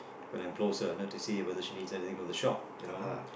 when I'm closer you know to see whether if she needs anything from the shop you know